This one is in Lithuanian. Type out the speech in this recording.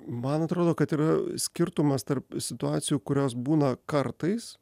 man atrodo kad yra skirtumas tarp situacijų kurios būna kartais